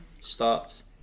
starts